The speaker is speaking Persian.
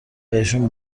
بهشون